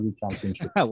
championship